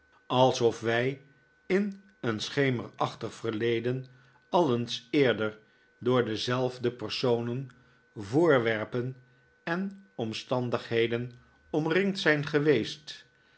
alsof wij in een schemerachtig verleden al eens eerder door dezelfde personen voorwerpen en omstandigheden omringd zijn geweest